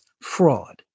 fraud